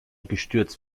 gestürzt